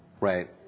Right